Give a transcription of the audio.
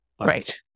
Right